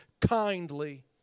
kindly